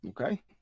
Okay